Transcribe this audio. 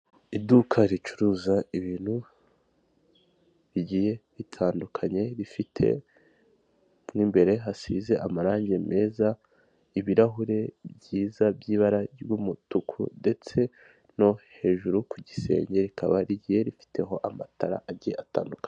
Iduka ricuruza ibintu bigiye bitandukanye, rifite mo imbere hasize amarangi meza ibirahure byiza by'ibara ry'umutuku, ndetse no hejuru ku gisenge rikaba rigiye rifiteho amatara agiye atandukanye.